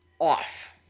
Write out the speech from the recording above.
off